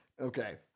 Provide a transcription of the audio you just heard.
okay